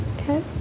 Okay